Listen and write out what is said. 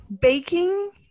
baking